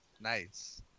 nice